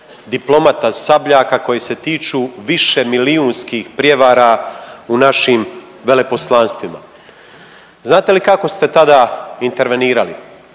diplomata Sabljaka koji se tiču višemilijunskih prijevara u našim veleposlanstvima. Znate li kako ste tada intervenirali?